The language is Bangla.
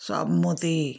সম্মতি